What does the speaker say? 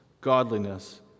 godliness